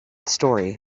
story